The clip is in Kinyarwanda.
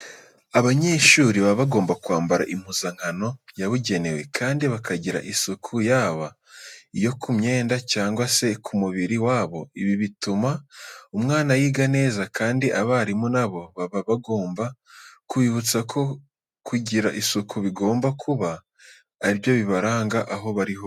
Abanyeshuri baba bagomba kwambara impuzankano yabugenewe kandi bakagira isuku, yaba iyo ku myenda cyangwa se ku mubiri wabo. Ibi bituma umwana yiga neza kandi abarimu na bo baba bagomba kubibutsa ko kugira isuku bigomba kuba ari byo bibaranga aho bari hose.